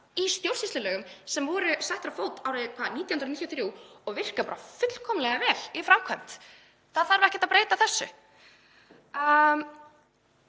í stjórnsýslulögum sem voru settar á fót árið 1993 og virka fullkomlega vel í framkvæmd. Það þarf ekkert að breyta þessu.